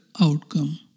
outcome